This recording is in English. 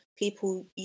people